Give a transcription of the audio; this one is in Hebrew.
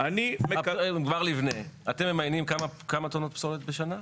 מר ליבנה, אתם ממיינים כמה טונות פסולת בשנה?